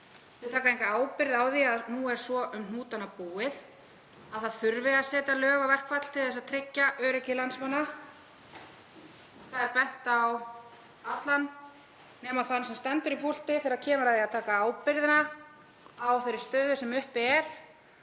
taka enga ábyrgð á því að nú er svo um hnútana búið að það þarf að setja lög á verkfall til að tryggja öryggi landsmanna. Það er bent á alla nema þann sem stendur í púlti þegar kemur að því að taka ábyrgðina á þeirri stöðu sem uppi er.